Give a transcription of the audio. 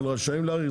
אבל רשאים להאריך,